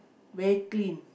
very clean